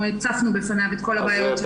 והצפנו בפניו את כל הבעיות של --- אז